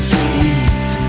sweet